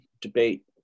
debate